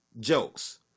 jokes